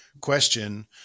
question